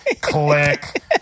Click